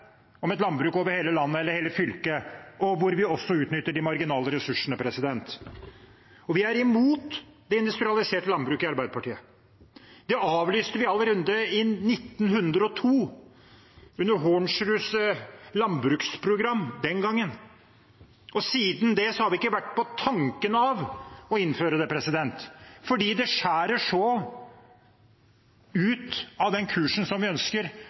om et landbruk over hele landet, eller hele fylket, og hvor vi også utnytter de marginale ressursene? Vi i Arbeiderpartiet er imot det industrialiserte landbruket. Det avlyste vi allerede i 1902, under Hornsruds jordprogram den gangen. Siden det har vi ikke vært inne på tanken på å innføre det, fordi det skjærer ut av den kursen vi ønsker